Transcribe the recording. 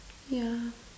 yeah